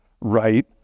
right